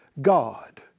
God